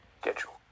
Schedule